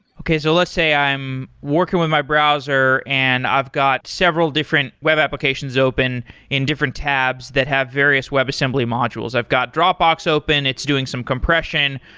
okay. so let's say i am working with my browser and i've got several different web applications open in different tabs that have various webassembly modules. i've got dropbox open. it's doing some compression.